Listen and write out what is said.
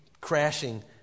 crashing